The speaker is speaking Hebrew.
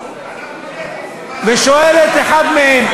אנחנו נגד זה,